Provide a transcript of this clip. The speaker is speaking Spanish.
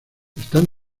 están